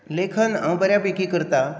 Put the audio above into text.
लेखन हांव बऱ्या पैकी करतां